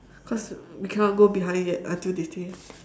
cause we cannot go behind yet until they say